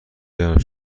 گرم